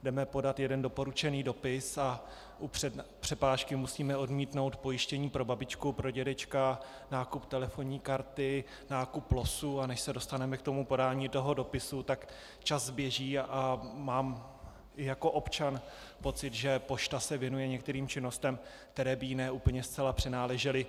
Jdeme podat jeden doporučený dopis a u přepážky musíme odmítnout pojištění pro babičku, pro dědečka, nákup telefonní karty, nákup losů, a než se dostaneme k tomu podání dopisu, tak čas běží a mám jako občan pocit, že pošta se věnuje některým činnostem, které by jí ne úplně zcela přináležely.